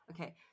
Okay